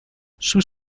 sus